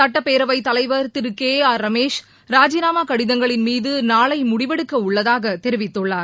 சுட்டப்பேரவை தலைவர் Thiru K R Ramesh ராஜினாமா கடிதங்களின் மீது நாளை முடிவெடுக்கவுள்ளதாக தெரிவித்துள்ளார்